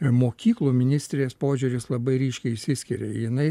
mokyklų ministrės požiūris labai ryškiai išsiskiria jinai